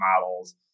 models